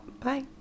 Bye